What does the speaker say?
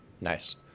Nice